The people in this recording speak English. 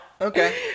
Okay